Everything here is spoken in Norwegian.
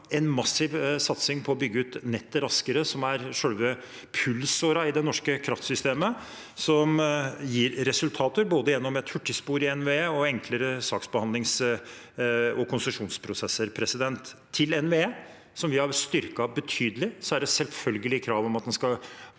i gang en massiv satsing på å bygge ut nettet raskere – selve pulsåren i det norske kraftsystemet – som gir resultater, både gjennom et hurtigspor i NVE og gjennom enklere saksbehandlingsog konsesjonsprosesser. Til NVE, som vi har styrket betydelig, er det selvfølgelig krav om at en skal